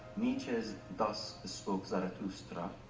nietzsche thus spoke zarathustra,